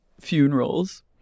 funerals